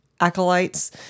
acolytes